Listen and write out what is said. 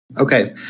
Okay